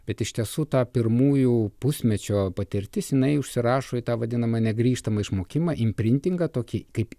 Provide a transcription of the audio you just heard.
bet iš tiesų ta pirmųjų pusmečio patirtis jinai užsirašo į tą vadinamą negrįžtamą išmokimą inprintingą tokį kaip